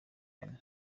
bane